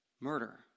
murder